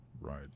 Right